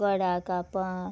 गोडा कापां